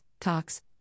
talks